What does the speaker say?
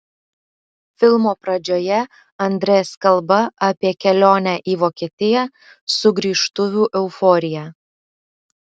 filmo pradžioje andres kalba apie kelionę į vokietiją sugrįžtuvių euforiją